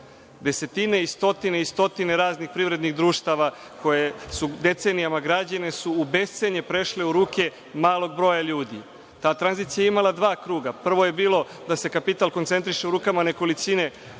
Desetine i stotine raznih privrednih društava koja su decenijama građene, u bescenje su prešle u ruke malog broja ljudi. Ta tranzicija je imala dva kruga, prvo je bilo da se kapital koncentriše u rukama nekolicine